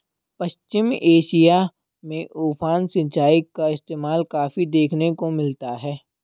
पश्चिम Asia में उफान सिंचाई का इस्तेमाल काफी देखने को मिलता है